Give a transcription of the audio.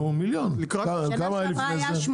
נו 1 מיליון, כמה היה לפני זה?